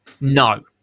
no